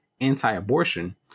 anti-abortion